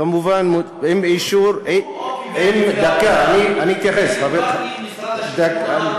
כמובן, עם אישור, דיברתי עם משרד השיכון, דקה.